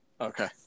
Okay